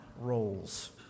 roles